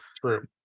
True